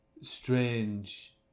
strange